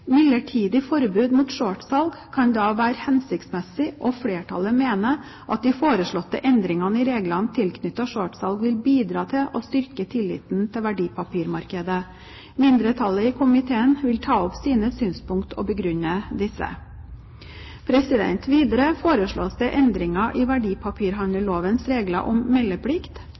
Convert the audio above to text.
Midlertidig forbud mot shortsalg kan da være hensiktsmessig, og flertallet mener at de foreslåtte endringene i reglene tilknyttet shortsalg vil bidra til å styrke tilliten til verdipapirmarkedet. Mindretallet i komiteen vil ta opp sine synspunkter og begrunne disse. Videre foreslås det endringer i verdipapirhandellovens regler om meldeplikt,